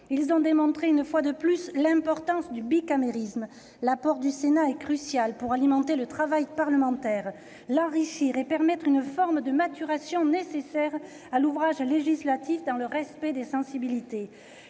Ils ont démontré, une fois de plus, l'importance du bicamérisme : l'apport du Sénat est crucial pour alimenter le travail parlementaire, l'enrichir et permettre une forme de maturation nécessaire à l'ouvrage législatif, dans le respect de toutes les sensibilités.